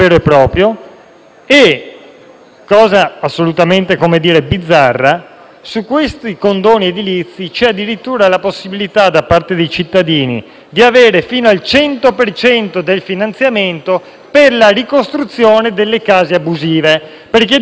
cosa assolutamente bizzarra - su questi condoni edilizi c'è addirittura la possibilità, da parte dei cittadini, di avere fino al 100 per cento del finanziamento per la ricostruzione delle case abusive. Di questo stiamo parlando.